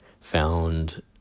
found